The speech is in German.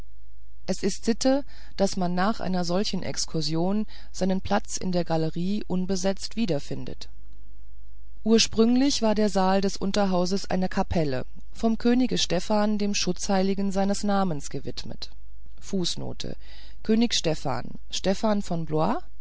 es ist sitte daß man nach einer solchen exkursion seinen platz in der galerie unbesetzt wiederfindet ursprünglich war der saal des unterhauses eine kapelle vom könige stephan dem schutzheiligen seines namens gewidmet